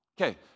Okay